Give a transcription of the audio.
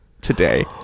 today